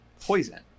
poison